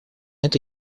это